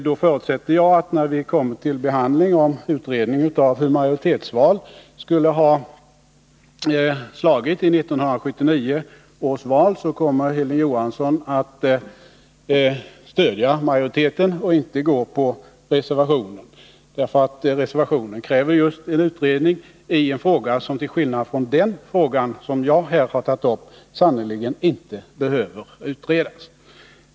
Då förutsätter jag att när vi går till behandlingen av frågan om hur majoritetsval skulle ha utfallit i 1979 års val Hilding Johansson kommer att stödja utskottsmajoriteten. Reservationen kräver ju just en utredningi en fråga som, till skillnad från den fråga jag här har tagit upp, sannerligen inte behöver utredas.